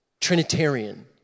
Trinitarian